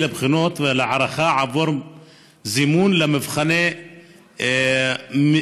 לבחינות ולהערכה עבור זימון למבחני מיון,